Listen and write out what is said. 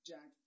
Jack